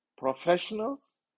Professionals